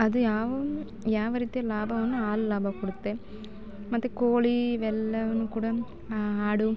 ಅದು ಯಾವಾಗ ಯಾವ ರೀತಿಯ ಲಾಭವನ್ನು ಆ ಲಾಭ ಕೊಡುತ್ತೆ ಮತ್ತೆ ಕೋಳಿ ಇವೆಲ್ಲವನ್ನು ಕೂಡ ಆಡು